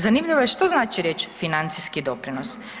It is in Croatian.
Zanimljivo je što znači riječ financijski doprinos.